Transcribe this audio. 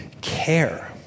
care